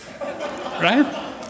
right